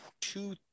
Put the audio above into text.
two